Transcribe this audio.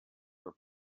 were